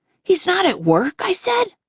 he's not at work? i said.